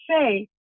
say